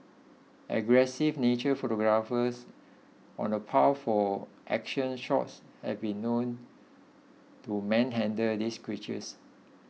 aggressive nature photographers on the prowl for action shots have been known to manhandle these creatures